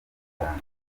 cyane